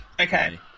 Okay